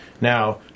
now